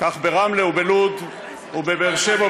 כך ברמלה ובלוד ובבאר-שבע,